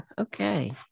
Okay